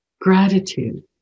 gratitude